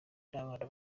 n’abana